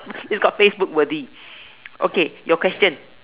it's called Facebook worthy okay your question